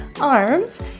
arms